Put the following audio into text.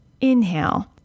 inhale